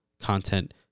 content